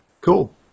cool